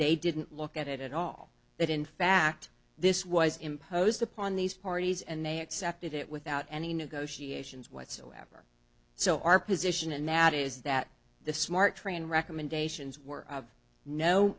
they didn't look at it at all that in fact this was imposed upon these parties and they accepted it without any negotiations whatsoever so our position and that is that the smart train recommendations were of no